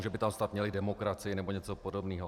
Že by tam snad měli demokracii nebo něco podobného.